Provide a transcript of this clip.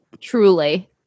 Truly